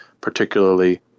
particularly